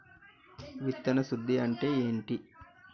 విత్తన శుద్ధి అంటే ఏంటి?